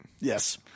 Yes